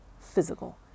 physical